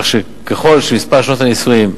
כך שככל שמספר שנות הנישואין,